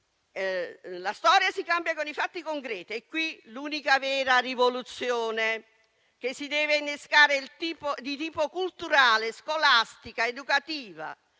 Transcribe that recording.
forse, ma si cambia con i fatti concreti e qui l’unica vera rivoluzione che si deve innescare è di tipo culturale, scolastica ed educativa,